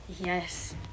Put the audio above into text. Yes